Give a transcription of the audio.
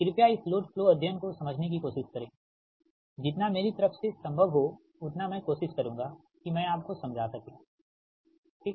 कृपया इस load flow अध्ययन को समझने की कोशिश करें जितना मेरी तरफ से संभव हो उतना मैं कोशिश करुंगा कि मैं आपको समझा सके ठीक